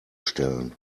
stellen